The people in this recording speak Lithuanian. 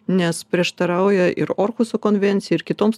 nes prieštarauja ir orkuso konvencijai ir kitoms